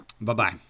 Bye-bye